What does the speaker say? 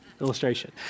illustration